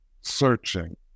searching